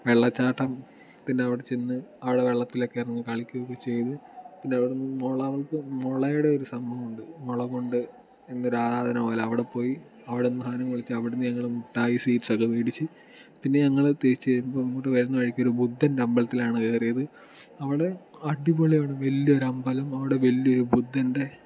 വെള്ളച്ചാട്ടം പിന്നെ അവിടെ ചെന്ന് അവിടെ വെള്ളത്തിൽ ഒക്കെ ഇറങ്ങി കളിക്കുകയൊക്കെ ചെയ്തു പിന്നെ അവിടെ നിന്ന് മുള മുളയുടെ ഒരു സംഭവമുണ്ട് മുളകൊണ്ട് എന്തോരു ആരാധന പോലെ അവിടെ പോയി അവിടെ നിന്ന് സാധനം മേടിച്ച് അവിടെ നിന്ന് ഞങ്ങൾ മിഠായി സ്വീറ്റ്സ് ഒക്കെ മേടിച്ച് പിന്നെ ഞങ്ങൾ തിരിച്ച് വരുമ്പോൾ ഇങ്ങോട്ട് വരുന്ന വഴിക്ക് ഒരു ബുദ്ധൻ്റെ അമ്പലത്തിലാണ് കയറിയത് അവിടെ അടിപൊളിയാണ് വലിയ ഒരു അമ്പലം അവിടെ വലിയ ഒരു ബുദ്ധൻ്റെ